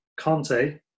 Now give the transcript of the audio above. Conte